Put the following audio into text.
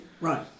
right